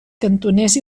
cantoners